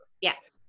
Yes